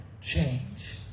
change